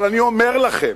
אבל אני אומר לכם,